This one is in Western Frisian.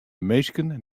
minsken